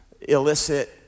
illicit